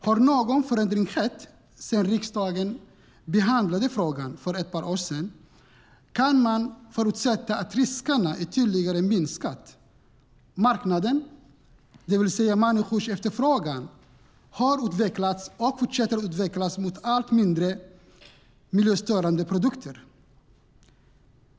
Har någon förändring skett sedan riksdagen behandlade frågan för ett par år sedan kan man förutsätta att riskerna ytterligare minskat. Marknaden, det vill säga människors efterfrågan, har utvecklats och fortsätter att utvecklas mot allt mindre miljöstörande produkter.